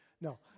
No